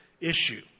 issue